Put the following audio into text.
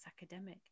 academic